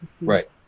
right